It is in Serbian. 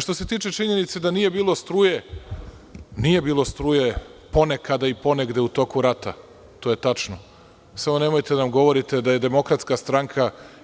Što se tiče činjenice da nije bilo struje, nije bilo struje ponekad i ponegde u toku rata, to je tačno, samo nemojte da nam govorite da je DS